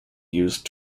used